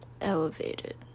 elevated